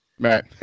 Right